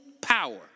power